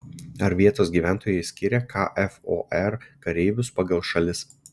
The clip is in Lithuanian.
ar vietos gyventojai skiria kfor kareivius pagal šalis